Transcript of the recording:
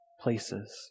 places